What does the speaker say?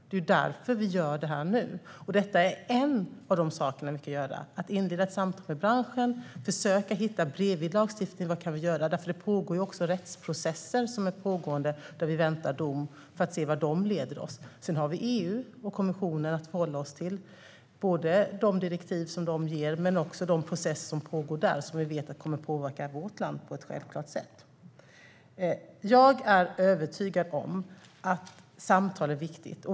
Det är därför vi gör detta arbete nu. Att inleda samtal med branschen är en av de saker vi kan göra, vidare att försöka hitta vägar bredvid lagstiftningen. Det pågår också rättsprocesser där vi väntar på dom, så får vi se vart de kan leda oss. Sedan har vi EU och kommissionen att förhålla oss till. Det gäller de direktiv som de ger och de processer som pågår där och som vi vet självklart kommer att påverka vårt land. Jag är övertygad om att samtal är viktiga.